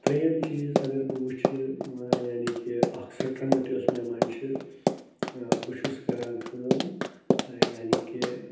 ترٛیٚیِم چیٖز اَگر بہٕ وٕچھٕ یعنی کہِ اَکھ سٕٹرَنٛگٕتھ یۄس مےٚ منٛز چھِ بہٕ چھُس کَران کٲم یعنی کہِ